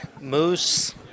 Moose